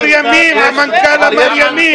המנכ"ל אמר ימים.